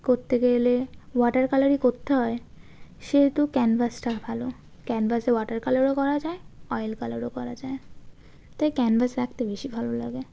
করতে গেলে ওয়াটার কালারই করতে হয় সেহেতু ক্যানভাসটা ভালো ক্যানভাসে ওয়াটার কালারও করা যায় অয়েল কালারও করা যায় তাই ক্যানভাসে আঁকতে বেশি ভালো লাগে